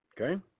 Okay